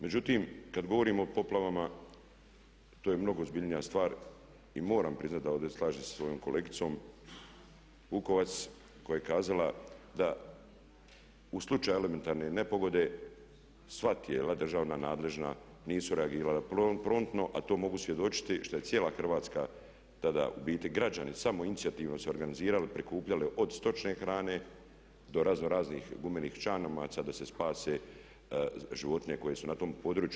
Međutim, kada govorimo o poplavama to je mnogo ozbiljnija stvar i moram priznati da ovdje slažem se sa svojom kolegicom Vukovac koja je kazala da u slučaju elementarne nepogode, sva tijela, državna, nadležna nisu reagirala promptno a to mogu svjedočiti što je cijela Hrvatska tada, u biti građani samoinicijativno se organizirali i prikupljali od stočne hrane do razno raznih gumenih čamaca da se spase životinje koje su na tom području.